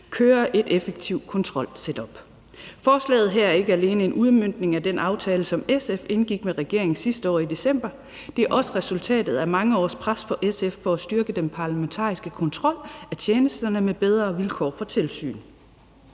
kører et effektivt kontrolsetup. Forslaget her er ikke alene en udmøntning af den aftale, som SF indgik med regeringen sidste år i december. Det er også resultatet af mange års pres fra SF for at styrke den parlamentariske kontrol af tjenesterne med bedre vilkår for tilsyn.